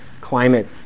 climate